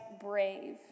brave